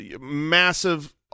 massive